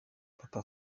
papa